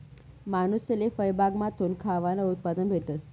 मानूसले फयबागमाथून खावानं उत्पादन भेटस